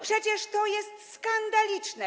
Przecież to jest skandaliczne!